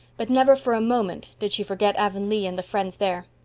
but never for a moment did she forget avonlea and the friends there.